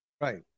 right